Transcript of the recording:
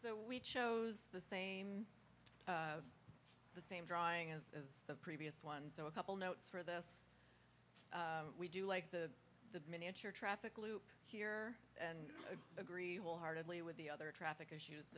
so we chose the same the same drawing as the previous one so a couple notes for this we do like the the miniature traffic loop here and agree wholeheartedly with the other traffic issues